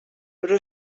però